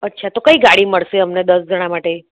અચ્છા તો કઈ ગાડી મળશે અમને દસ જણા માટે